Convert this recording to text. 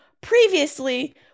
previously